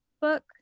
book